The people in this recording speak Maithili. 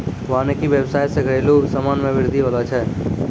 वानिकी व्याबसाय से घरेलु समान मे बृद्धि होलो छै